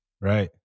Right